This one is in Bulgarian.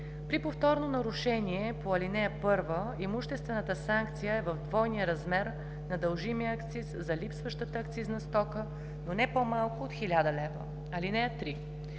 При повторно нарушение по ал. 1 имуществената санкция е в двойния размер на дължимия акциз за липсващата акцизна стока, но не по-малко от 1000 лв. (3)